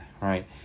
right